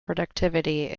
productivity